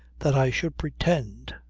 that i should pretend!